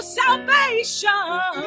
salvation